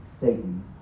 Satan